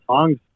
songs